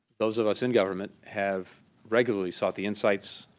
those of us in government have regularly sought the insights,